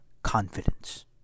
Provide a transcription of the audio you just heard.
Confidence